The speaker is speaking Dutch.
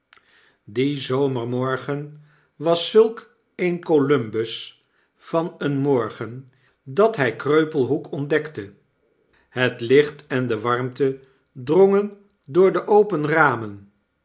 die zomermorgen was zulk een columbus van een morgen dat hy kreupelhoek ontdekte het licht en de warmte drongen door de open ramen